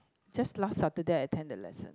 just last Saturday I attend the lesson